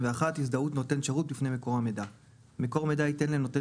41.הזדהות נותן שירות בפני מקור המידע מקור מידע ייתן לנותן